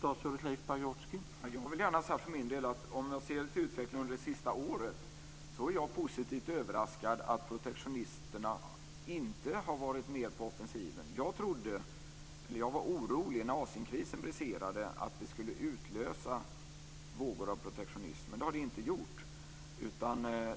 Herr talman! Jag vill gärna säga för min del att om jag ser till utvecklingen under det senaste året är jag positivt överraskad av att protektionisterna inte har varit mer på offensiven. När Asienkrisen briserade var jag orolig för att den skulle utlösa vågor av protektionism, men det gjorde den inte.